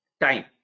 time